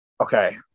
Okay